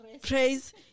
Praise